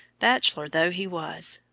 bachelor though he was,